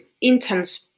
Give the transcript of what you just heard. intense